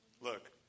Look